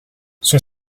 son